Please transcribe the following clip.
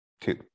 two